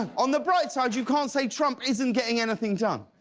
and on the bright side you can't say trump isn't getting anything done.